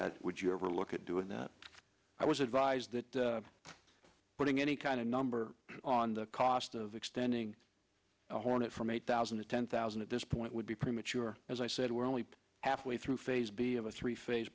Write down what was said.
that would you ever look at doing that i was advised that putting any kind of number on the cost of extending a hornet from eight thousand to ten thousand at this point would be premature as i said we're only halfway through phase b of a three phase